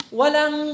walang